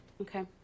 Okay